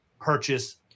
purchase